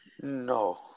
No